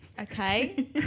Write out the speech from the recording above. Okay